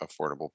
affordable